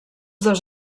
dos